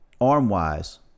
arm-wise